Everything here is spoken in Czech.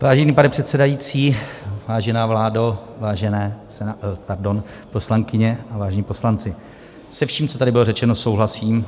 Vážený pane předsedající, vážená vládo, vážené poslankyně a vážení poslanci, se vším, co tady bylo řečeno, souhlasím.